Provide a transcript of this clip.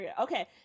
Okay